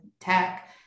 tech